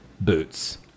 boots